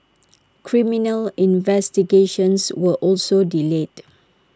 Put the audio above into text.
criminal investigations were also delayed